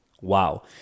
Wow